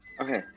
okay